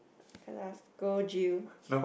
cause I scold you